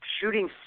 shooting